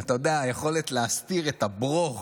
אתה יודע, היכולת להסתיר את הברוך.